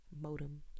modem